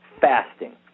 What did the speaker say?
fasting